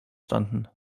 standen